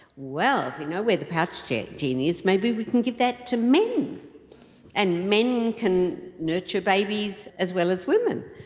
well, we know where the pouch gene gene is, maybe we can give that to men and men can nurture babies as well as women.